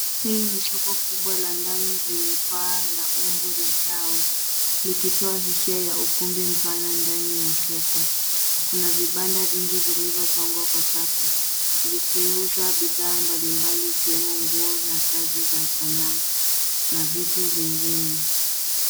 Hili ni soko kubwa la ndani lenye paa la umbo la taa likitoa hisia ya ukumbi mpana ndani ya soko. Kuna vibanda vingi vilivyopangwa kwa safu vikiuza bidhaa mbalimbali ikiwemo nguo na kazi za sanaa na vitu vingine.